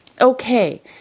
Okay